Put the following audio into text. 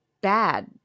bad